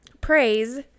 praise